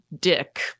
Dick